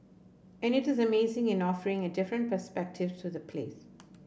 and it the amazing in offering a different perspective to the place